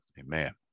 amen